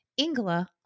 Ingela